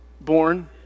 born